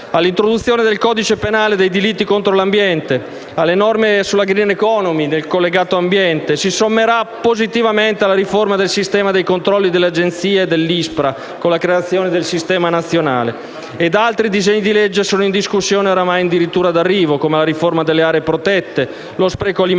All'introduzione nel codice penale dei delitti contro l'ambiente e alle norme sulla *green economy* nel collegato ambiente si sommerà positivamente la riforma del sistema dei controlli delle Agenzie e dell'ISPRA, con la creazione del Sistema nazionale. Altri disegni di legge sono in discussione ed ormai in dirittura d'arrivo, come la riforma delle aree protette, lo spreco alimentare,